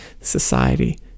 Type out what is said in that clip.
society